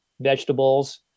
vegetables